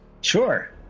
Sure